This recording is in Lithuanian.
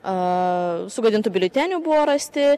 a sugadintų biuletenių buvo rasti